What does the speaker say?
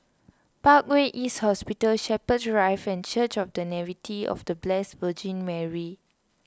Parkway East Hospital Shepherds Drive and Church of the Nativity of the Blessed Virgin Mary